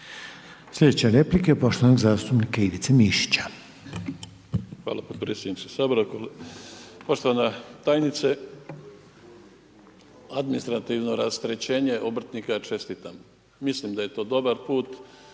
Sljedeća replika poštovanog zastupnika Ivice Mišića. **Mišić, Ivica (Nezavisni)** Hvala potpredsjedniče Sabora. Poštovana tajnice. Administrativno rasterećenje obrtnika, čestitam, mislim da je to dobar put